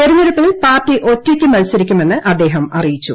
തെരഞ്ഞെടുപ്പിൽ പാർട്ടി ഒറ്റയ്ക്ക് മത്സരിക്കുമെന്ന് അദ്ദേഹം അറിയിച്ചു